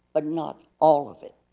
but not all of it.